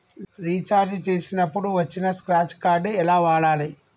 Recharge చేసినప్పుడు వచ్చిన scratch card ఎలా వాడాలి?